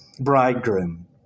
bridegroom